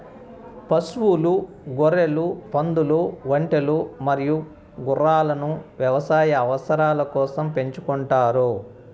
పశువులు, గొర్రెలు, పందులు, ఒంటెలు మరియు గుర్రాలను వ్యవసాయ అవసరాల కోసం పెంచుకుంటారు